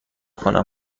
کنم